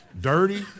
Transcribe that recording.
dirty